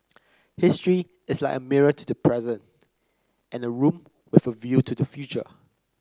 history is like a mirror to the present and a room with a view to the future